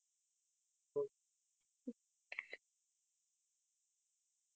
oh